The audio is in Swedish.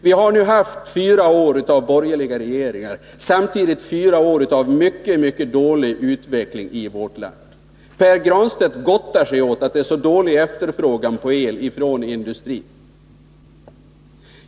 Vi har nu haft fyra år med borgerliga regeringar och samtidigt fyra år med mycket dålig utveckling i vårt land. Pär Granstedt gottar sig åt att det är så dålig efterfrågan på el från industrin.